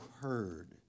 heard